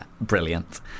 brilliant